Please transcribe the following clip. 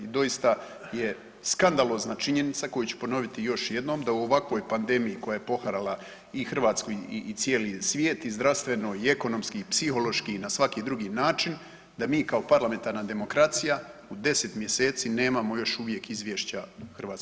Doista je skandalozna činjenica koju ću ponoviti još jednom da u ovakvoj pandemiji koja je poharala i Hrvatsku i cijeli svijet i zdravstveno i ekonomski i psihološki i na svaki drugi način da mi kao parlamentarna demokracija u 10 mjeseci nemamo još uvijek izvješća u Hrvatskom saboru.